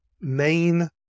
main